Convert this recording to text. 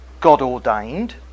God-ordained